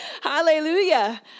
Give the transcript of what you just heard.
Hallelujah